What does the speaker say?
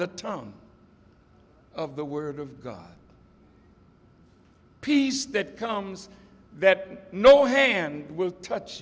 the tone of the word of god peace that comes that no hand